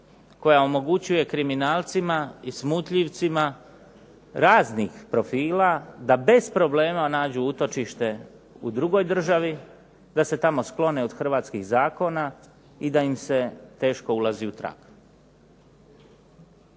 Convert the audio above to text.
koja omogućuje kriminalcima i smutljivcima raznih profila da bez problema nađu utočište u drugoj državi, da se tamo sklone od hrvatskih zakona i da im se teško ulazi u trag.